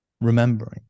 remembering